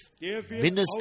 minister